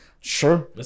sure